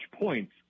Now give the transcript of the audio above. points